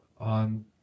on